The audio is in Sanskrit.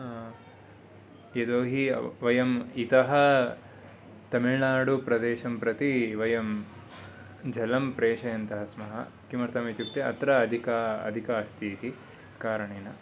यतोहि वयम् इतः तमिल्नाडु प्रदेशं प्रति वयं जलं प्रेषयन्तः स्मः किमर्थम् इत्युक्ते अत्र अधिकम् अधिकम् अस्ति इति कारणेन